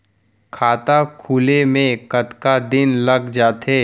खाता खुले में कतका दिन लग जथे?